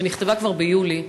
שנכתבה כבר ביולי,